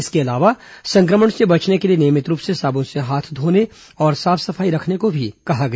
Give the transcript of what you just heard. इसके अलावा सं क्र मण से बचने के लिए नियमित रूप से साबुन से हाथ धोने और साफ सफाई रखने को भी कहा गया